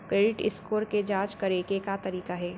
Credit score के जाँच करे के का तरीका हे?